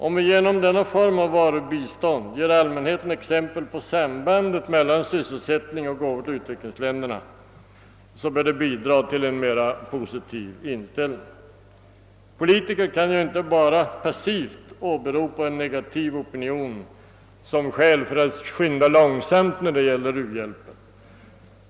Om vi genom denna form av varubistånd ger allmänheten ett exempel på sambandet mellan sysselsättning och gåvor till utvecklingsländerna, bör det bidra till en mer positiv inställning. Politiker kan ju inte bara passivt åberopa en negativ opinion som skäl för att skynda långsamt när det gäller u-hjälpen.